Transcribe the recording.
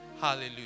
hallelujah